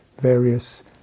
various